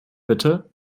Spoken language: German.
bitte